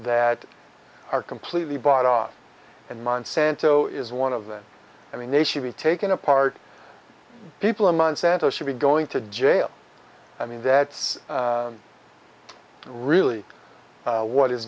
that are completely bought off and monsanto is one of them i mean they should be taken apart people a month center should be going to jail i mean that's really what is